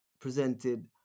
presented